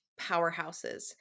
powerhouses